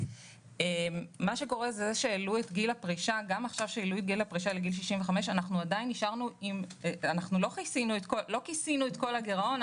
גם עכשיו כשהעלו את גיל הפרישה לגיל 65 עדיין לא כיסינו את כל הגירעון,